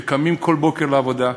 שקמים כל בוקר לעבודה,